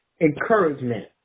encouragement